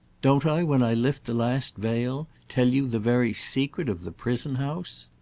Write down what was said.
don't i when i lift the last veil tell you the very secret of the prison-house?